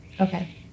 okay